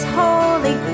holy